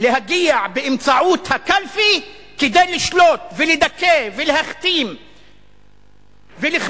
להגיע באמצעות הקלפי כדי לשלוט ולדכא ולהכתים ולכפות